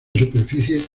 superficie